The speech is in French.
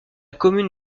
commune